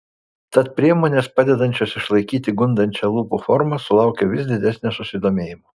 tad priemonės padedančios išlaikyti gundančią lūpų formą sulaukia vis didesnio susidomėjimo